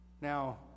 Now